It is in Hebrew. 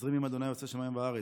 עזרי מעם ה' עשה שמים וארץ.